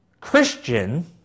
Christian